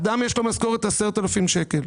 אדם יש לו משכורת 10,000 שקלים.